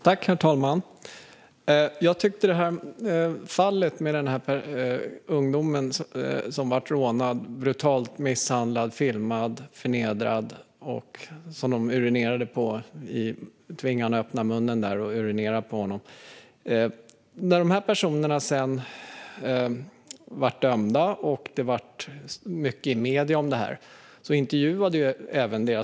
Herr talman! Jag vill ta upp fallet med ungdomen som blev rånad, brutalt misshandlad, filmad och förnedrad - de tvingade honom att öppna munnen, och sedan urinerade de på honom. När dessa personer senare dömdes och det skrevs mycket i medierna blev deras föräldrar intervjuade.